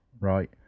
right